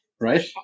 Right